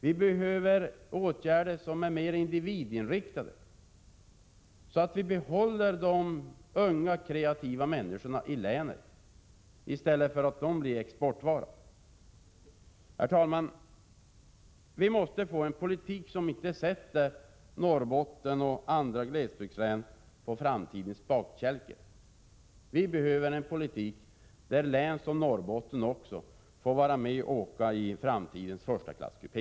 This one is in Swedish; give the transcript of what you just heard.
Vi behöver mer individinriktade åtgärder så att vi kan behålla de unga, kreativa människorna inom länet, i stället för att de skall bli någon sorts exportvara. Herr talman! Vi måste få en politik som inte sätter Norrbotten och andra glesbygdslän på framtidens bakkälke. Vi behöver en politik där län som Norrbotten också får vara med och åka i framtidens förstaklasskupé.